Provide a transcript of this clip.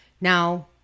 Now